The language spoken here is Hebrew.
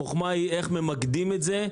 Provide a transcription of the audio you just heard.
החוכמה היא איך ממקדים את זה,